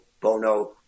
bono